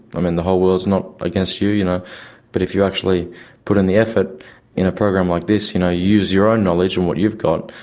but the whole world's not against you. you know but if you actually put in the effort in a program like this, you know, use your own knowledge and what you've got,